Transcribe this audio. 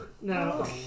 No